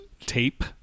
tape